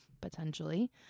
Potentially